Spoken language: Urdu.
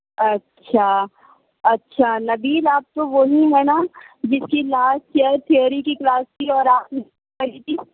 اچھا اچھا نبیل آپ تو وہی ہیں نا جس کی لاسٹ ایئر تھیئری کی کلاس تھی اور آپ نے بنک ماری تھی